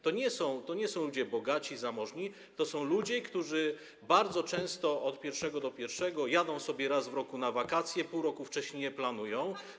To nie są ludzie bogaci, zamożni, to są ludzie, którzy bardzo często żyją od pierwszego do pierwszego, jadą sobie raz w roku na wakacje, pół roku wcześniej je planują.